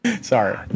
Sorry